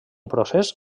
procés